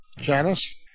Janice